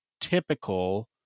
typical